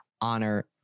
honor